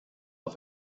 auf